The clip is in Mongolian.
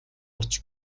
орж